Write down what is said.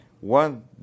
One